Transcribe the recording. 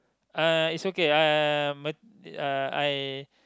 uh it's okay I am a uh I